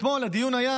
אתמול הדיון היה